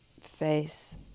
face